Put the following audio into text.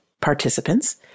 participants